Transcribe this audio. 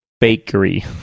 bakery